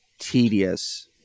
tedious